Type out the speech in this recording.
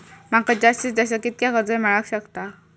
माका जास्तीत जास्त कितक्या कर्ज मेलाक शकता?